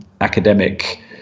academic